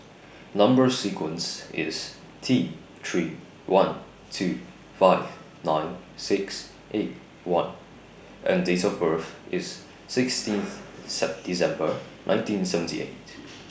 Number sequence IS T three one two five nine six eight one and Date of birth IS sixteenth Sep December nineteen seventy eight